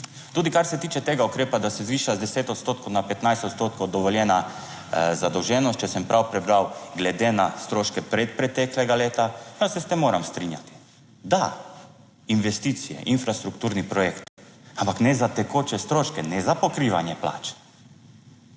Tudi kar se tiče tega ukrepa, da se zviša za 10 odstotkov na 15 odstotkov dovoljena zadolženost, če sem prav prebral glede na stroške predpreteklega leta. Pa se s tem moram strinjati. Da investicije, infrastrukturni projekti, ampak ne za tekoče stroške, ne za pokrivanje plač